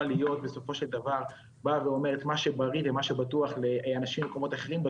להיות אומרת שמה שבריא ומה שבטוח לאנשים ממקומות אחרים,